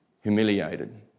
humiliated